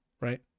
right